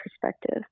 perspective